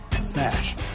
Smash